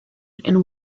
and